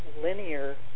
linear